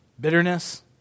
bitterness